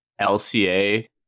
LCA